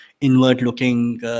inward-looking